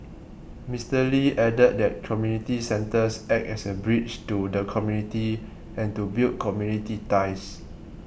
Mister Lee added that community centres act as a bridge to the community and to build community ties